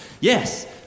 Yes